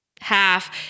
half